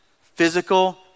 physical